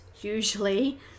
usually